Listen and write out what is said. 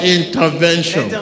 intervention